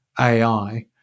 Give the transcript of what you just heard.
AI